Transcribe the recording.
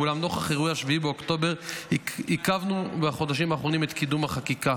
ואולם נוכח אירועי 7 באוקטובר עיכבנו בחודשים האחרונים את קידום החקיקה.